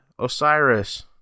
Osiris